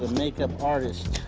makeup artist.